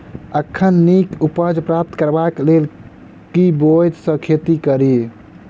एखन नीक उपज प्राप्त करबाक लेल केँ ब्योंत सऽ खेती कड़ी?